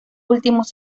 últimos